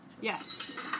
Yes